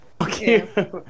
Okay